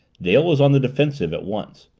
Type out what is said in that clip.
dale was on the defensive at once.